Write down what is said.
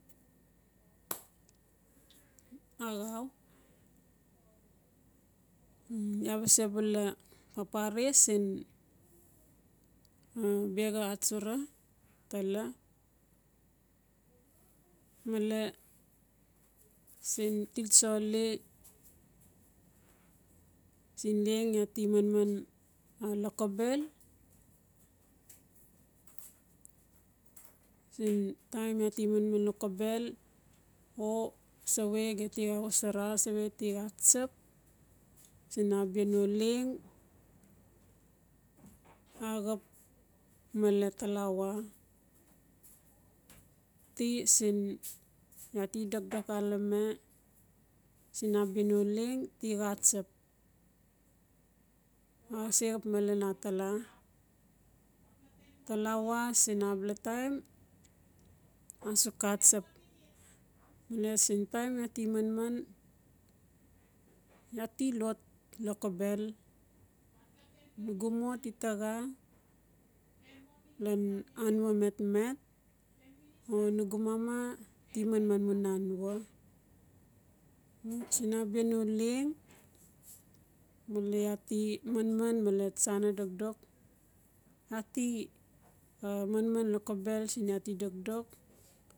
axau iaa ba sebula papare siin biaxa atsura tala male siin ti tsoli sen leng uti manman lokobel? Sen taim iaa ti manman lokobel? O sawe geti xa xosara sawe tixa tsap? Siin abia no leng axap malen talawa. Ti siin iaa ti dokdok xalame siin abia no leng ti xatsap ase xap malen atala talawa siin abala taim asuk xatsap male sen taim iaa ti manman iaa ti lot lokobel nugu mo ti taxa lan anua metmet o nugu mama ti manman mu nanua mil siin abia no leng male iaa ti manman male tsana dokdok iaa ti manman lokobel siin iaa ti dokdok.